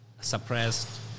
suppressed